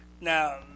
Now